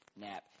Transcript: nap